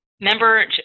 Member